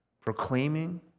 Proclaiming